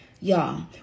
Y'all